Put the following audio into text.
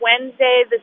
Wednesday